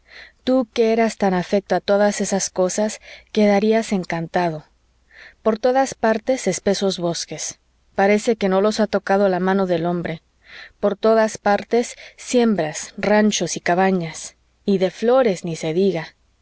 tú que eras tan afecto a todas estas cosas quedarías encantado por todas partes espesos bosques parece que no los ha tocado la mano del hombre por todas partes siembras ranchos y cabañas y de flores ni se diga